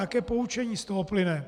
Jaké poučení z toho plyne?